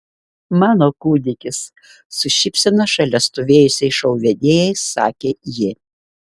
mano kūdikis su šypsena šalia stovėjusiai šou vedėjai sakė ji